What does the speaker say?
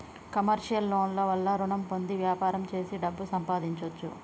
commercial loan ల వల్ల రుణం పొంది వ్యాపారం చేసి డబ్బు సంపాదించొచ్చు